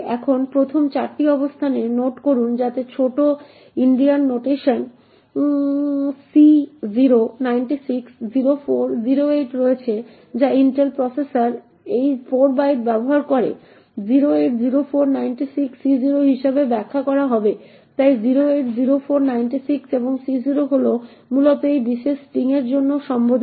এখন প্রথম 4টি অবস্থান নোট করুন যাতে ছোট ইন্ডিয়ান নোটেশনে C0 96 04 08 রয়েছে যা ইন্টেল প্রসেসর এই 4 বাইট ব্যবহার করে 08 04 96 C0 হিসাবে ব্যাখ্যা করা হবে তাই 08 04 96 এবং C0 হল মূলত এই বিশেষ স্ট্রিং এর জন্য সম্বোধন